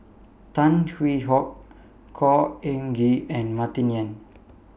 Tan Hwee Hock Khor Ean Ghee and Martin Yan